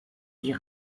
die